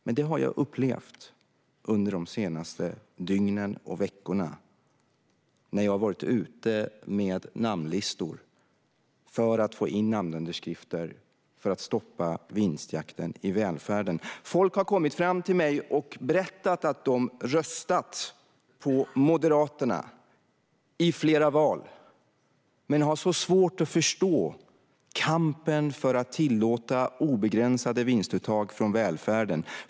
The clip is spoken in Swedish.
Men det har jag upplevt under de senaste dygnen och veckorna när jag har varit ute med namnlistor för att få in namnunderskrifter för att stoppa vinstjakten i välfärden. Folk har kommit fram till mig och berättat att de röstat på Moderaterna i flera val men har så svårt att förstå kampen för att tillåta obegränsade vinstuttag från välfärden.